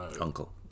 Uncle